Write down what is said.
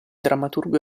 drammaturgo